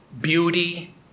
beauty